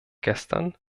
gestern